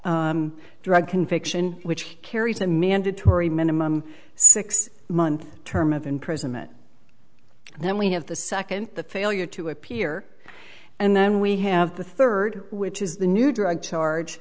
drug conviction which carries a mandatory minimum six month term of imprisonment and then we have the second the failure to appear and then we have the third which is the new drug charge